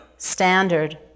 standard